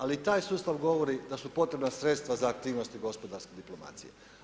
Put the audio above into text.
Ali taj sustav govori da su potrebna sredstva za aktivnosti gospodarske diplomacije.